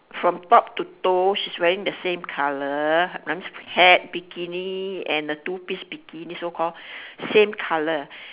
from top to toe she's wearing the same colour hat bikini and a two piece bikini so call same colour